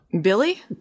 Billy